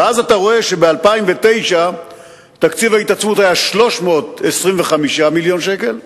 ואז אתה רואה שב-2009 תקציב ההתעצמות היה 325 מיליון שקל וב-2010,